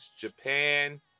Japan